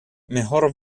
mejor